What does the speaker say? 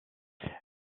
elle